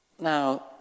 Now